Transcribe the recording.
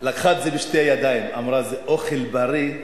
לקחה את זה בשתי ידיים, אמרה: זה אוכל בריא,